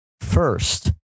first